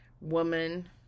woman